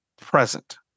present